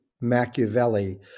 Machiavelli